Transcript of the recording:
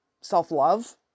self-love